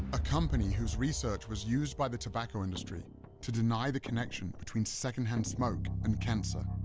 a company whose research was used by the tobacco industry to deny the connection between secondhand smoke and cancer.